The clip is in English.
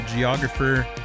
geographer